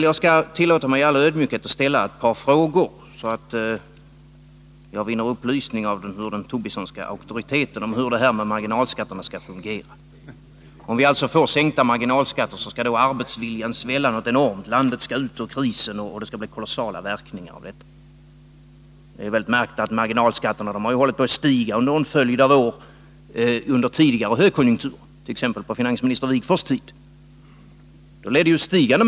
Jag skall tillåta mig att i all ödmjukhet ställa ett par frågor, så att jag av den Tobissonska auktoriteten vinner upplysning om hur detta med marginalskatterna skall fungera. Om vi får sänkta marginalskatter, skall arbetsviljan svälla enormt, landet komma ut ur krisen och verkningarna av denna sänkning bli kolossala. Detta är märkligt, då marginalskatterna under tidigare högkonjunkturer har stigit. Så skedde t.ex. på finansminister Wigforss tid.